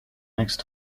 next